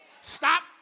Stop